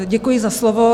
Děkuji za slovo.